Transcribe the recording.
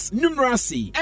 numeracy